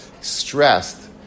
stressed